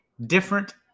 different